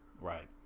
Right